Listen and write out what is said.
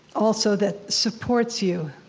also that supports you.